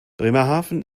bremerhaven